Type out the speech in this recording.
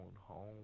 home